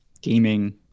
gaming